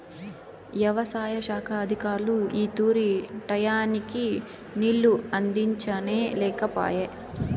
యవసాయ శాఖ అధికారులు ఈ తూరి టైయ్యానికి నీళ్ళు అందించనే లేకపాయె